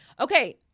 Okay